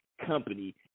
company